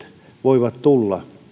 voivat tulla